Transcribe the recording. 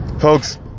Folks